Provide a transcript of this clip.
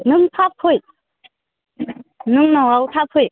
नों थाब फै नों न'आव थाब फै